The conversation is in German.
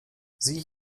sieh